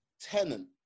Tenant